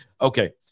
Okay